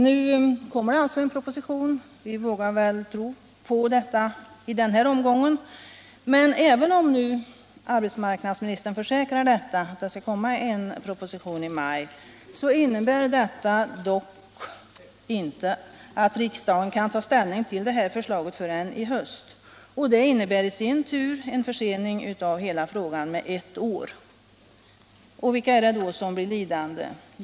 Nu skall det alltså komma en proposition — vi vågar väl tro på det i den här omgången — men även om nu arbetsmarknadsministern försäkrar att en proposition kommer i maj, innebär detta inte att riksdagen kan ta ställning till förslaget förrän till hösten. Detta innebär i sin tur en försening av hela frågan med ett år. Och vilka är det då som blir lidande?